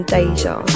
Deja